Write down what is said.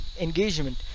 engagement